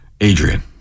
Adrian